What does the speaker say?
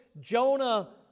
Jonah